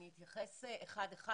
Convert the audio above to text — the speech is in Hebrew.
אני אתייחס אחד אחד,